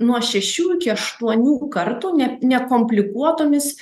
nuo šešių iki aštuonių kartų ne nekomplikuotomis